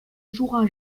jouera